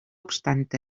obstant